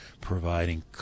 providing